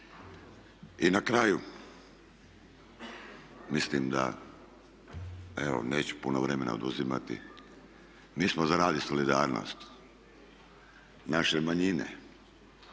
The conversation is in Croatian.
I na kraju mislim da, evo neću puno vremena oduzimati, mi smo za rad i solidarnost. Naše manjine